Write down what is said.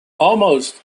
almost